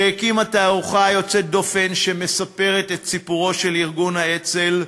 שהקימה תערוכה יוצאת דופן שמספרת את סיפורו של ארגון האצ"ל,